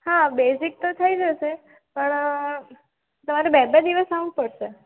હા બેઝિક તો થઈ જશે પણ તમારે બે બે દિવસ આવવું પડશે